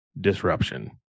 disruption